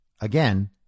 again